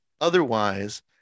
Otherwise